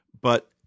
But-